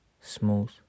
smooth